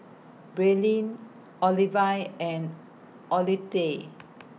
Braelyn Olivine and Olittie